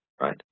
Right